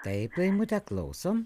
taip laimutę klausom